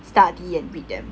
study and read them